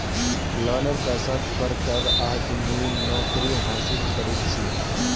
लोनेर पैसात पढ़ कर आज मुई नौकरी हासिल करील छि